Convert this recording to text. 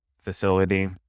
facility